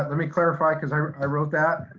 um let me clarify. cause i i wrote that.